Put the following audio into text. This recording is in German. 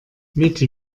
mitte